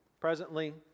presently